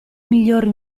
migliori